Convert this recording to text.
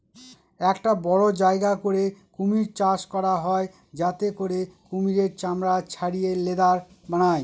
একটা বড়ো জায়গা করে কুমির চাষ করা হয় যাতে করে কুমিরের চামড়া ছাড়িয়ে লেদার বানায়